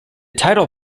title